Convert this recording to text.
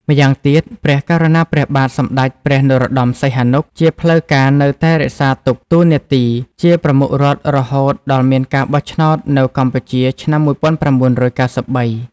ម្យ៉ាងទៀត ព្រះករុណាព្រះបាទសម្តេចព្រះ នរោត្តម សីហនុ ជាផ្លូវការនៅតែរក្សទុកតួនាទីជាប្រមុខរដ្ឋរហូតដល់មានការបោះឆ្នោតនៅ កម្ពុជាឆ្នាំ១៩៩៣។